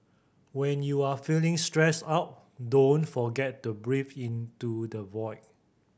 when you are feeling stressed out don't forget to breathe into the void